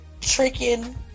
tricking